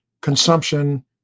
consumption